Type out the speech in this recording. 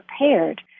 prepared